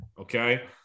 okay